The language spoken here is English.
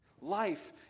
Life